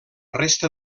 resta